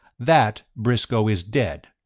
that briscoe is dead.